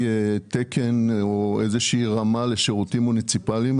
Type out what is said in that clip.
תקן או איזושהי רמה לשירותים מוניציפאליים.